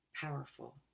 powerful